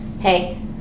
hey